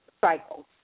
cycle